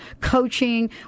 coaching